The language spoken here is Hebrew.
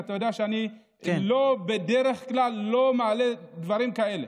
ואתה יודע שבדרך כלל אני לא מעלה דברים כאלה,